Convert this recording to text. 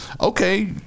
okay